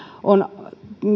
on